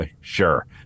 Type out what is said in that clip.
sure